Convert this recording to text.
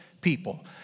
people